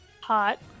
hot